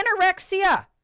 anorexia